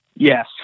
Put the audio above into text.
Yes